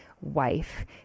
wife